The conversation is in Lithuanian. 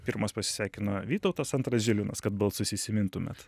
pirmas pasisveikino vytautas antras žilvinas kad balsus įsimintumėt